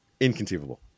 Inconceivable